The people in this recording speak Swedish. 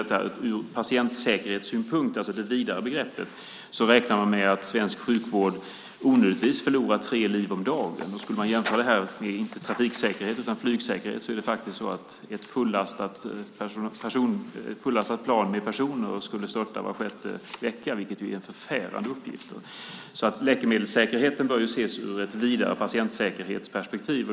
Från patientsäkerhetssynpunkt, alltså det vidare begreppet, räknar man med att svensk sjukvård onödigtvis förlorar tre liv om dagen. Skulle man jämföra det med inte trafiksäkerhet utan flygsäkerhet är det faktiskt så det motsvarar att ett plan som är fullastat med personer skulle störta var sjätte vecka, vilket ju är förfärande uppgifter. Läkemedelssäkerheten bör alltså ses ur ett vidare patientsäkerhetsperspektiv.